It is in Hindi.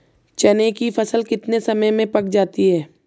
चने की फसल कितने समय में पक जाती है?